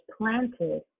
planted